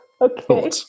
Okay